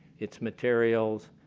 its materials,